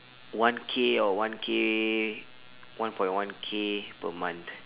one K or one K one point one K per month